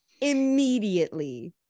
immediately